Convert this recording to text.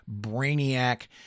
brainiac